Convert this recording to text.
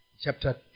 chapter